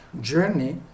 journey